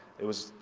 it was,